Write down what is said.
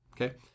okay